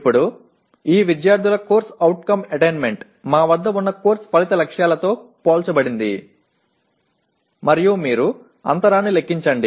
ఇప్పుడు ఈ విద్యార్థుల CO అటైన్మెంట్ మా వద్ద ఉన్న కోర్సు ఫలిత లక్ష్యాలతో పోల్చబడింది మరియు మీరు అంతరాన్ని లెక్కించండి